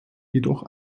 jedoch